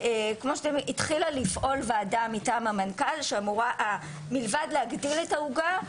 התחילה לפעול ועדה מטעם המנכ"ל שאמורה מלבד להגדיל את העוגה,